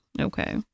Okay